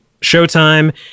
Showtime